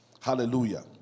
Hallelujah